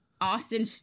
Austin